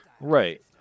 Right